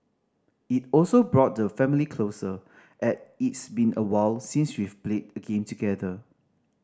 it also brought the family closer as it's been awhile since we've played a game together